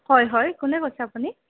হয় হয় কোনে কৈছে আপুনি